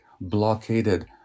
blockaded